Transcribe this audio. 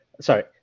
sorry